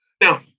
Now